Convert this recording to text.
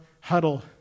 huddle